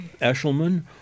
Eshelman